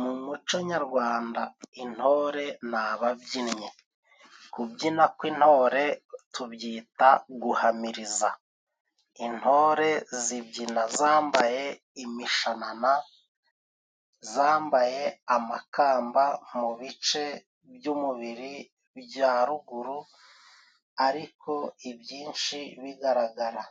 Mu muco nyarwanda intore ni ababyinnyi. Kubyina kw'intore tubyita guhamiriza, intore zibyina zambaye imishanana, zambaye amakamba mu bice by'umubiri bya ruguru, ariko ibyinshi bigaragara